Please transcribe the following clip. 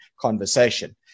conversation